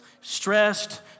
stressed